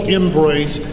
embrace